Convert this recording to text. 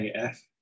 AF